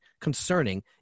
concerning